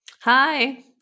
Hi